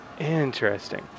Interesting